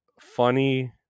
funny